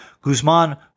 Guzman